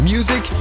Music